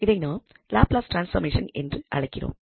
இதை நாம் Laplace transformation என அழைக்கிறோம்